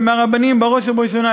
ומהרבנים בראש ובראשונה,